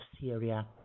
syria